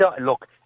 look